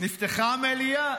נפתחה המליאה.